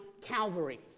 Calvary